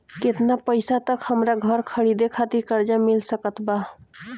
केतना पईसा तक हमरा घर खरीदे खातिर कर्जा मिल सकत बा?